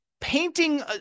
painting